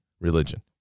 religion